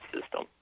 system